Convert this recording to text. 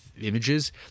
images